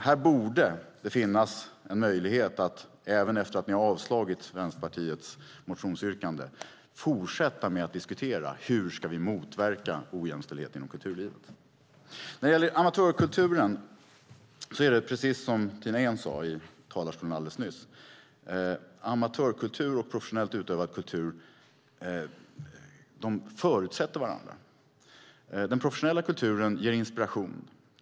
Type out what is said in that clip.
Här borde det finnas en möjlighet, även efter att ni har avslagit Vänsterpartiets motionsyrkanden, att fortsätta att diskutera hur vi ska motverka ojämställdhet inom kulturlivet. När det gäller amatörkulturen är det precis så som Tina Ehn sade i talarstolen alldeles nyss. Amatörkultur och professionellt utövad kultur förutsätter varandra. Den professionella kulturen ger inspiration.